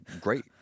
great